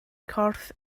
corff